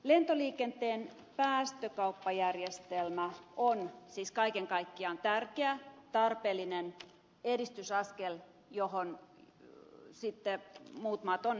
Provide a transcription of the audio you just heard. lentoliikenteen päästökauppajärjestelmä on siis kaiken kaikkiaan tärkeä tarpeellinen edistysaskel johon sitten muut maat on saatava mukaan